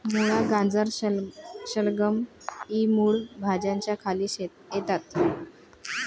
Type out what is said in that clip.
मुळा, गाजर, शलगम इ मूळ भाज्यांच्या खाली येतात